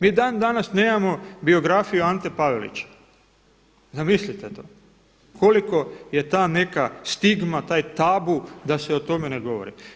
Mi dan danas nemamo biografiju Ante Pavelića, zamislite to, koliko je ta neka stigma, taj tabu da se o tome ne govori.